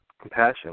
compassion